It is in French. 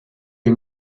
les